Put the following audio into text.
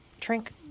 drink